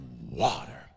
water